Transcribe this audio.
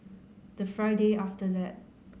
the Friday after that